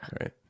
Right